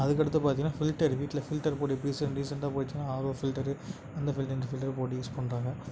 அதற்கடுத்து பார்த்திங்கனா ஃபில்ட்டரு வீட்டில் ஃபில்ட்டர் போட்டு இப்போ ரீசண்ட் ரீசண்ட்டாக போயிருச்சுன்னா ஆரோ ஃபில்ட்டரு அந்த ஃபில்ட்டர் இந்த ஃபில்ட்டருன்னு போட்டு யூஸ் பண்ணுறாங்க